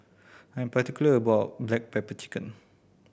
I'm particular about my black pepper chicken